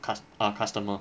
cus~ err customer